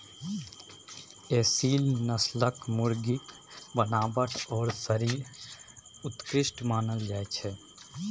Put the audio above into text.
एसील नस्लक मुर्गीक बनावट आओर शरीर उत्कृष्ट मानल जाइत छै